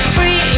Free